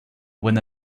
when